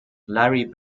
larry